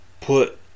put